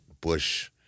bush